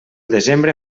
desembre